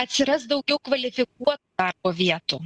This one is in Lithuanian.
atsiras daugiau kvalifikuo darbo vietų